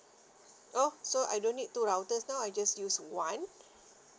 oh so I don't need two router now I just use one